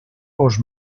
vos